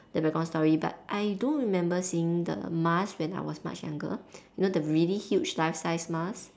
the background story but I do remember seeing the mask when I was much younger you know the really huge life sized mask